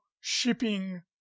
shipping